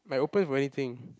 might open for anything